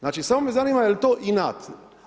Znači, samo me zanima je li to inat.